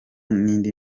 n’indi